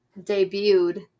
debuted